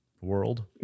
world